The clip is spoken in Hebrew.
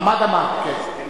חמד עמאר, כן.